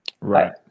Right